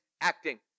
acting